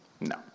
No